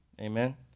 Amen